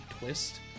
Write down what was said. twist